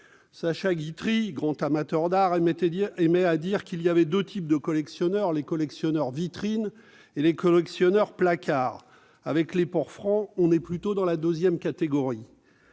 Sacha Guitry, grand amateur d'art, aimait dire qu'il existait deux types de collectionneurs : les collectionneurs « vitrine » et les collectionneurs « placard ». Avec les ports francs, on est plutôt dans la seconde catégorie.